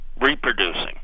reproducing